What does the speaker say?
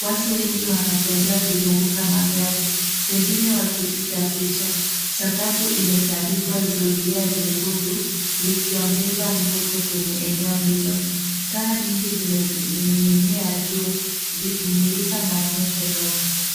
Watu wengi wanatembea kuzunguka magari, wengine wakipiga picha. Sakafu imetandikwa zulia jekundu, likiongeza mvuto kwenye eneo hilo. Taa nyingi zimening'inia juu, zikimulika maonyesho yote.